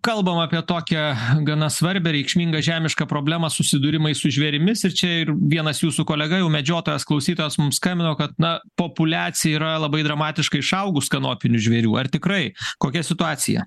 kalbam apie tokią gana svarbią reikšmingą žemišką problemą susidūrimai su žvėrimis ir čia ir vienas jūsų kolega jau medžiotojas klausytojas mums skambino kad na populiacija yra labai dramatiškai išaugus kanopinių žvėrių ar tikrai kokia situacija